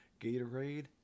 Gatorade